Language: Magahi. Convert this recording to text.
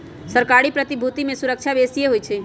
सरकारी प्रतिभूति में सूरक्षा बेशिए होइ छइ